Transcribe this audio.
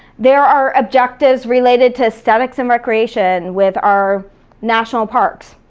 there are objectives related to aesthetics and recreation with our national parks.